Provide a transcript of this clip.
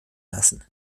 lassen